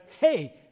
Hey